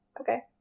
Okay